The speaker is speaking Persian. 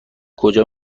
کجا